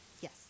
Yes